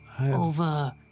over